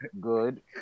good